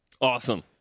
Awesome